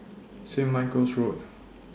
Saint Michael's Road